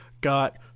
got